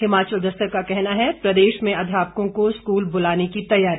हिमाचल दस्तक का कहना है प्रदेश में अध्यापकों को स्कूल बुलाने की तैयारी